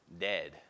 dead